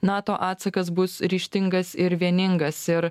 nato atsakas bus ryžtingas ir vieningas ir